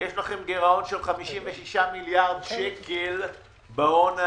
יש לכם גירעון של 56 מיליארד שקלים בהון העצמי.